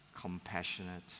compassionate